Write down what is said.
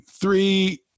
three